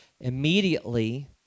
Immediately